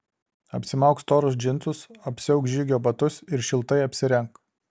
apsimauk storus džinsus apsiauk žygio batus ir šiltai apsirenk